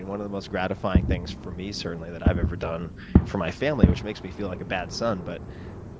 and one of the most gratifying things for me, certainly, that i've ever done for my family, which makes me feel like a bad son but